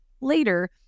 later